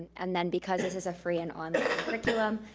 and then because it is a free and online curriculum,